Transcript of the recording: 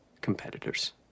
competitors